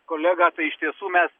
kolegą tai iš tiesų mes